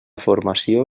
formació